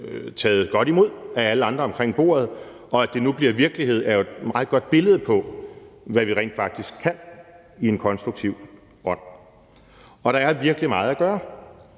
taget godt imod af alle andre omkring bordet, og at det nu bliver virkelighed, er jo et meget godt billede på, hvad vi rent faktisk kan i en konstruktiv ånd, og der er virkelig meget at gøre.